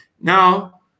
Now